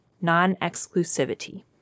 Non-Exclusivity